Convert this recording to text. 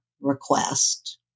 request